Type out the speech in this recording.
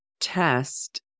test